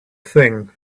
thing